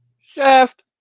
Shaft